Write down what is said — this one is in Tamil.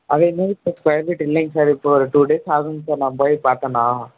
அதே மாரி இப்போ ஸ்கொயர் ஃபீட் இல்லைங்க சார் இப்போது ஒரு டூ டேஸ் ஆகுங்க சார் நான் போய் பார்த்தேன்னா